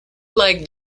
like